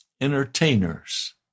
entertainers